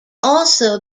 also